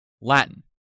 Latin